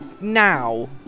now